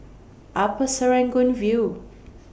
Upper Serangoon View